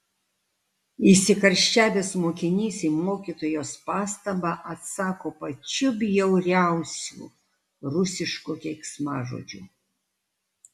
įsikarščiavęs mokinys į mokytojos pastabą atsako pačiu bjauriausiu rusišku keiksmažodžiu